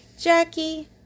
Jackie